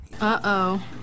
Uh-oh